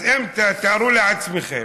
אז תארו לעצמכם,